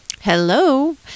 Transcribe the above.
Hello